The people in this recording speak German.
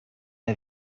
der